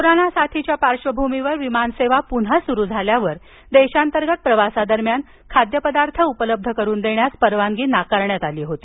कोरोनाच्या साथीच्या पार्श्वभूमीवर विमान सेवा पुन्हा सुरू झाल्यावर देशांतर्गत प्रवासादरम्यान खाद्यपदार्थ उपलब्ध करून देण्यास परवानगी नाकारण्यात आली होती